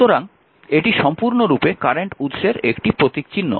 সুতরাং এটি সম্পূর্ণরূপে কারেন্ট উৎসের একটি প্রতীকচিহ্ন